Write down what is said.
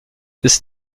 ist